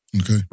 Okay